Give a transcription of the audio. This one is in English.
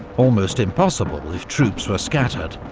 almost impossible if troops were scattered.